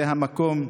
זה המקום.